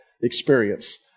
experience